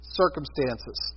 circumstances